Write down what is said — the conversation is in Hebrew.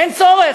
אין צורך.